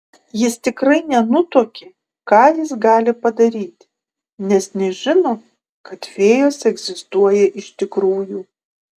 jis tikrai nenutuokė ką jis gali padaryti nes nežino kad fėjos egzistuoja iš tikrųjų